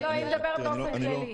אני שואלת באופן כללי.